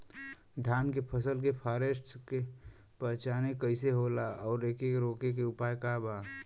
धान के फसल के फारेस्ट के पहचान कइसे होला और एके रोके के उपाय का बा?